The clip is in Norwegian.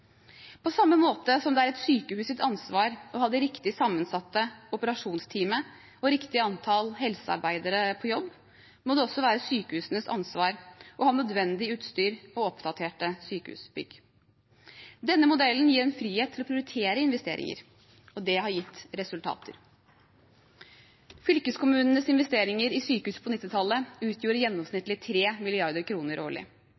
På samme måte som det er sykehusets ansvar å ha det riktig sammensatte operasjonsteamet og riktig antall helsearbeidere på jobb, må det også være sykehusenes ansvar å ha nødvendig utstyr og oppdaterte sykehusbygg. Denne modellen gir en frihet til å prioritere investeringer, og det har gitt resultater. Fylkeskommunenes investeringer i sykehus på 1990-tallet utgjorde gjennomsnittlig 3 mrd. kr årlig.